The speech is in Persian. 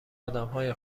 آدمهای